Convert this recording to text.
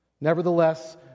Nevertheless